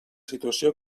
situació